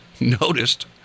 noticed